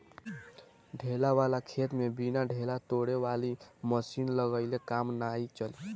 ढेला वालन खेत में बिना ढेला तोड़े वाली मशीन लगइले काम नाइ चली